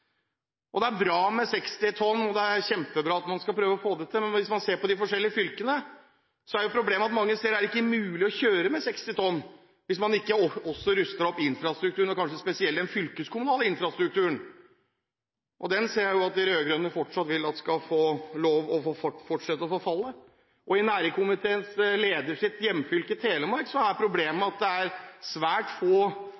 bransjen. Det er bra med 60 tonn og at man skal prøve å få det til i de forskjellige fylkene. Problemet er at det mange steder ikke er mulig å kjøre med 60 tonn hvis man ikke også ruster opp infrastrukturen, og kanskje spesielt den fylkeskommunale infrastrukturen. Der ser jeg jo at den rød-grønne regjeringen vil at det skal fortsette å forfalle. I næringskomiteens leders hjemfylke, Telemark, er problemet